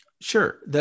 Sure